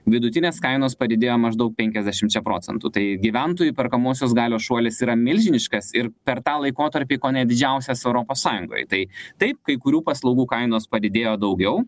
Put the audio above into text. vidutinės kainos padidėjo maždaug penkiasdešimčia procentų tai gyventojų perkamosios galios šuolis yra milžiniškas ir per tą laikotarpį kone didžiausias europos sąjungoj tai taip kai kurių paslaugų kainos padidėjo daugiau